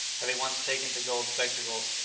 having once taken to gold spectacles,